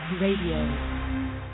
Radio